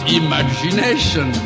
imagination